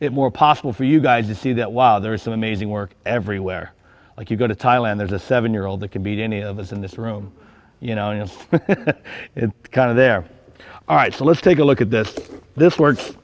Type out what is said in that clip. it more possible for you guys to see that while there is some amazing work everywhere like you go to thailand as a seven year old it can be to any of us in this room you know and it's kind of there all right so let's take a look at this this work